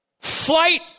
flight